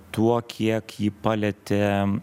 tuo kiek jį palietė